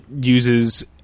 uses